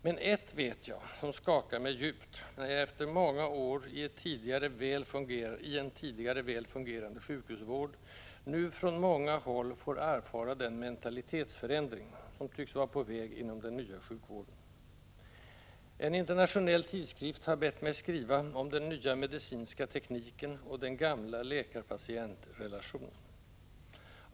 Men ett vet jag, som skakar mig djupt, när jag efter många år i en tidigare väl fungerande sjukhusvård nu från många håll får erfara den mentalitetsförändring som tycks vara på väg inom den nya sjukvården. En internationell tidskrift har bett mig skriva om den nya medicinska tekniken och den gamla läkar-patient-relationen.